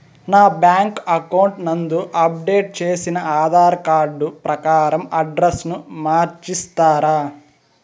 నా bank account నందు update చేసిన ఆధార్ కార్డు ప్రకారం అడ్రస్ ను మార్చిస్తారా?